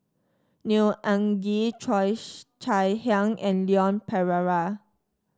Neo Anngee Cheo Chai Hiang and Leon Perera